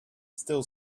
still